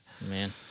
Man